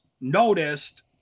noticed